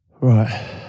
Right